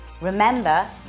Remember